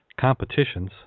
competitions